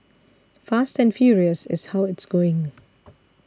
fast and furious is how it's going